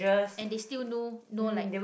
and they still know know like